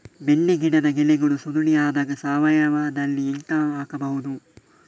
ಬೆಂಡೆ ಗಿಡದ ಎಲೆಗಳು ಸುರುಳಿ ಆದಾಗ ಸಾವಯವದಲ್ಲಿ ಎಂತ ಹಾಕಬಹುದು?